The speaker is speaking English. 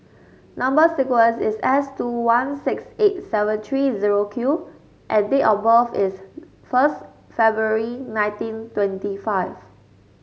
number sequence is S two one six eight seven three zero Q and date of birth is first February nineteen twenty five